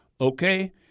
okay